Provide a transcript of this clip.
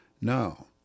no